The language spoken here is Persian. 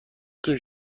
تون